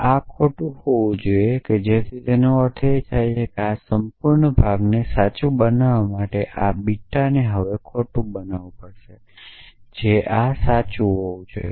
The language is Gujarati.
આ ખોટું હોવું જોઈએ તેથી તેનો અર્થ એ કે આ સંપૂર્ણ ભાગને સાચી બનાવવા માટે આ બીટાને હવે ખોટુ બનાવવું પડશે આ સાચું હોવું જોઈએ